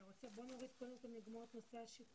אתה רוצה לשמוע קודם כל בנושא השיכון?